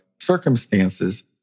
circumstances